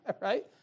Right